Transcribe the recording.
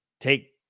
take